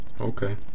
Okay